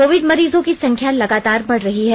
Covid मरीजों की संख्या लगातार बढ़ रही है